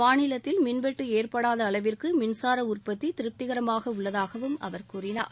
மாநிலத்தில் மின்வெட்டு ஏற்படாத அளவிற்கு மின்சார உற்பத்தி திருப்திகரமாக உள்ளதாகவும் அவர் கூறினார்